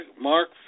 Mark